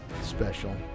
special